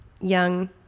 young